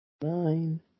nine